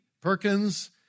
Perkins